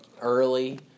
early